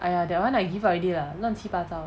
!aiya! that one I give up already lah 乱七八糟